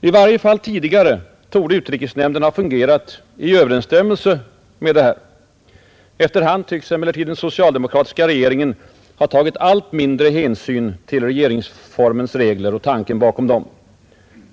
I varje fall tidigare torde utrikesnämnden ha fungerat i överensstämmelse med detta. Efter hand tycks emellertid den socialdemokratiska regeringen ha tagit allt mindre hänsyn till regeringsformens regler och tanken bakom dem.